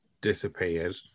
Disappeared